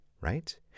right